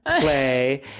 play